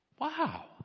wow